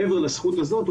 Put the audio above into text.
מעבר לזכות הזאת,